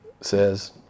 says